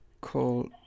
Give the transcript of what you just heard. call